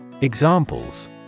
Examples